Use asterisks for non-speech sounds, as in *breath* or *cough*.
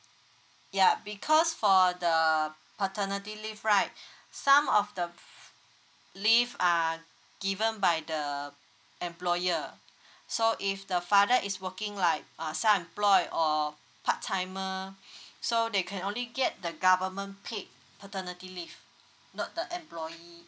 ya because for the paternity leave right *breath* some of the f~ leave are given by the employer *breath* so if the father is working like err self employed or part timer *breath* so they can only get the government paid paternity leave not the employee